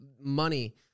money